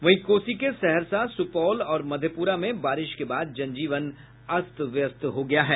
वहीं कोसी के सहरसा सुपौल और मधेपुरा में बारिश के बाद जनजीवन अस्स व्यस्त हो गया है